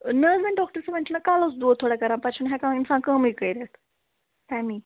نہَ حظ نہَ ڈاکٹر صٲب وۅنۍ چھُ مےٚ کَلس دود تھوڑا کَران پتہٕ چھُنہٕ ہٮ۪کان اِنسان کٲمٕے کٔرِتھ اَمی